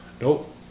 Nope